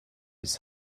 its